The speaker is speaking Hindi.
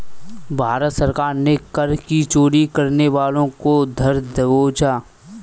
भारत सरकार ने कर की चोरी करने वालों को धर दबोचा